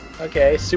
Okay